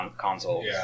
consoles